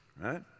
right